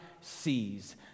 sees